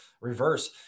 reverse